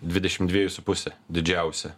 dvidešim dviejų su puse didžiausią